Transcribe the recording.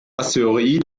asteroid